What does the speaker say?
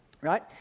right